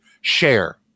Share